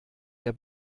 der